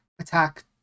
attack